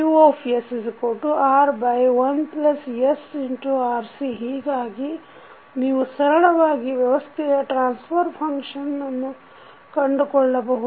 HQiR1sRC ಹೀಗಾಗಿ ನೀವು ಸರಳವಾಗಿ ವ್ಯವಸ್ಥೆಯ ಟ್ರಾನ್ಸಫರ್ ಫಂಕ್ಷನ್ನನ್ನು ಕಂಡುಕೊಳ್ಳಬಹುದು